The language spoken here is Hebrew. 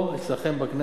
פה, אצלכם, בכנסת.